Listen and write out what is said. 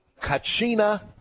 Cachina